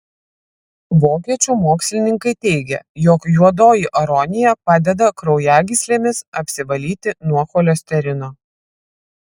vokiečių mokslininkai teigia jog juodoji aronija padeda kraujagyslėmis apsivalyti nuo cholesterino